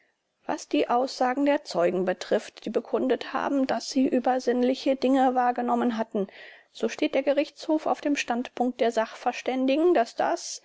was die aussagen der zeugen betrifft die bekundet haben daß sie übersinnliche dinge wahrgenommen hatten so steht der gerichtshof auf dem standpunkt der sachverständigen daß das